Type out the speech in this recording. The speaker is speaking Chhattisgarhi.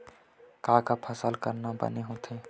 का का फसल करना बने होथे?